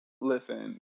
Listen